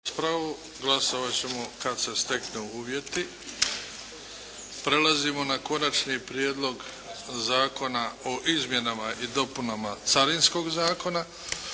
raspravu. Odlučivat ćemo kad se steknu uvjeti. **Bebić, Luka (HDZ)** Konačni prijedlog zakona o izmjenama i dopunama Carinskog zakona,